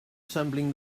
assembling